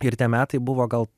ir tie metai buvo gal